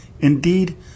Indeed